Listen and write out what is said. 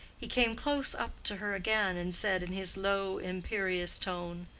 he came close up to her again, and said, in his low imperious tone,